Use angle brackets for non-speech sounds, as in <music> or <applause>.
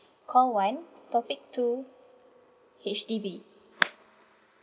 call one topic two H_D_B <noise>